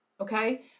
Okay